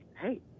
hey